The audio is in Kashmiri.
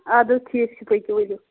اَدٕ حظ ٹھیٖک چھُ پٔکِو ؤلِو